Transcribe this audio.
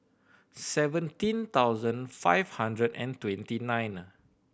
seventeen thousand five hundred and twenty nine